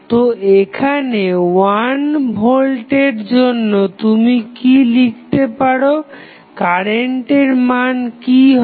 তো এখানে 1 ভোল্টের জন্য তুমি কি লিখতে পারো কারেন্টের মান কি হবে